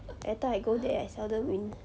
every time I go there I seldom win